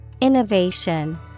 Innovation